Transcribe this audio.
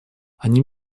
они